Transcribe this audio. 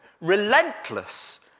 relentless